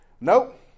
Nope